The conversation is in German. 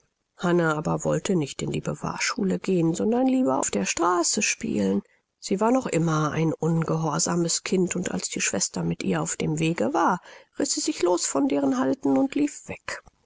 aber wollte nicht in die bewahrschule gehen sondern lieber auf der straße spielen sie war noch immer ein ungehorsames kind und als die schwester mit ihr auf dem wege war riß sie sich los von deren halten und lief weg